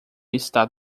está